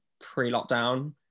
pre-lockdown